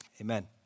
Amen